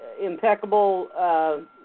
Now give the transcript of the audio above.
impeccable